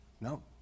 No